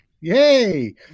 yay